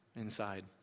inside